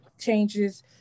changes